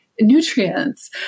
nutrients